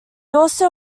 also